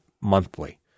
monthly